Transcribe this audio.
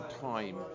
time